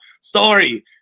story